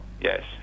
Yes